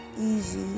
easy